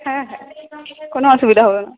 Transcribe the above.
হ্যাঁ হ্যাঁ কোনো অসুবিধা হবে না